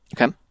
Okay